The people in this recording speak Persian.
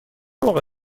موقع